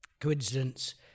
coincidence